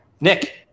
Nick